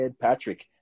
Patrick